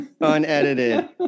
Unedited